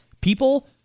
People